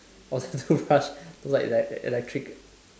of the toothbrush like like electric